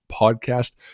podcast